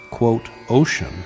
ocean